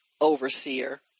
overseer